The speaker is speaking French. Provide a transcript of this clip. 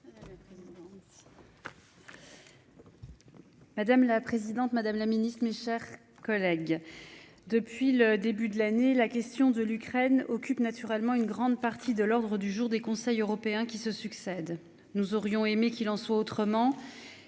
Madame la présidente Madame la Ministre, mes chers collègues. Depuis le début de l'année la question de l'Ukraine occupe naturellement une grande partie de l'ordre du jour des conseils européens qui se succèdent. Nous aurions aimé qu'il en soit autrement.